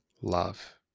love